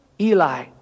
Eli